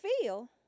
feel